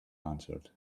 answered